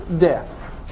death